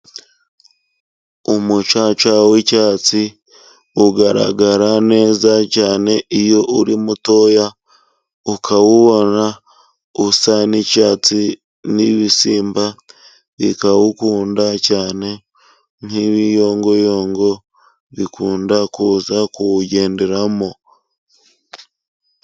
Umucaca w'icyatsi ugaragara neza cyane, iyo uri mutoya, ukawubona usa n'icyatsi, n'ibisimba bikawukunda cyane, nk'ibiyongoyongo bikunda kuza kuwugenderamo.